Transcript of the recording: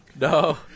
No